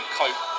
cope